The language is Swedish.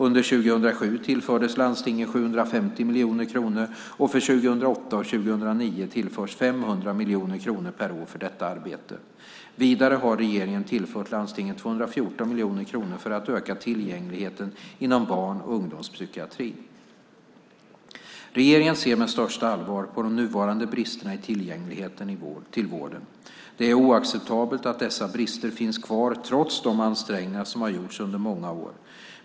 Under 2007 tillfördes landstingen 750 miljoner kronor extra och för 2008 och 2009 tillförs 500 miljoner kronor per år för detta arbete. Vidare har regeringen tillfört landstingen 214 miljoner kronor för att öka tillgängligheten inom barn och ungdomspsykiatrin. Regeringen ser med största allvar på de nuvarande bristerna i tillgängligheten till vården. Det är oacceptabelt att dessa brister finns kvar trots de ansträngningar som gjorts under många år.